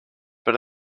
but